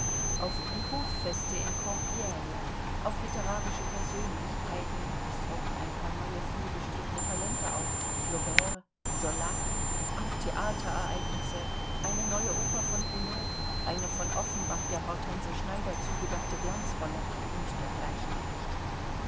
auf die hoffeste in compigne auf litterarische persönlichkeiten es tauchten ein paar neue vielbestrittene talente auf flaubert zola auf theaterereignisse eine neue oper von gounod eine von offenbach der hortense schneider zugedachte glanzrolle u dgl gerichtet